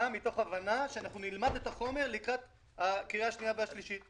מתוך הבנה שאנחנו נלמד את החומר לקראת הקריאה השנייה והשלישית.